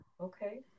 okay